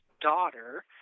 daughter—